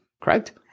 Correct